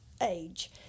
age